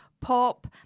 pop